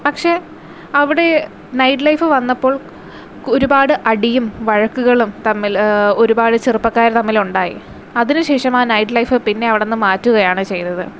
പക്ഷേ അവിടെ night life വന്നപ്പോൾ ഒരുപാട് അടിയും വഴക്കുകളും തമ്മില് ഒരുപാട് ചെറുപ്പക്കാർ തമ്മില് ഉണ്ടായി അതിനുശേഷം ആ നൈറ്റ് ലൈഫ് പിന്നെ അവിടുന്ന് മാറ്റുകയാണ് ചെയ്തത്